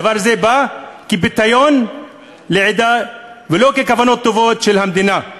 דבר זה בא כפיתיון לעדה ולא ככוונות טובות של המדינה.